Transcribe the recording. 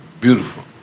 Beautiful